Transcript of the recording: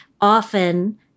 often